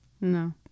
no